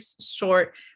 short